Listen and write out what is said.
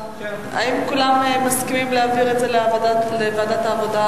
האם כולם מסכימים להעברת הנושא לוועדת העבודה,